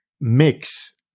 mix